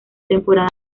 temporada